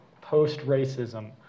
post-racism